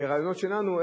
כרעיונות שלנו,